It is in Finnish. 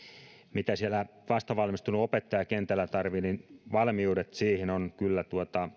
mitä vastavalmistunut opettaja kentällä tarvitsee valmiudet ovat kyllä